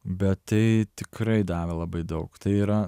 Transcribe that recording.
bet tai tikrai davė labai daug tai yra